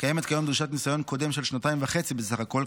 קיימת כיום דרישת ניסיון קודם של שנתיים וחצי בסך הכול,